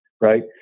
right